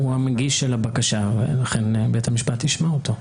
הוא המגיש את הבקשה ולכן בית המשפט ישמע אותו.